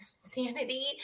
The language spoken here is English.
sanity